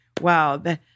wow